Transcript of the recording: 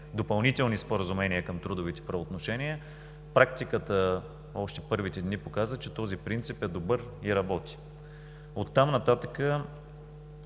допълнителни споразумения към трудовите правоотношения. Практиката още първите дни показа, че този принцип е добър и работи. Оттам нататък